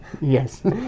Yes